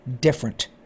different